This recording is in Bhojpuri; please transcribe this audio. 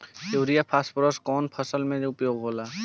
युरिया फास्फोरस कवना फ़सल में उपयोग होला?